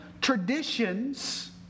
traditions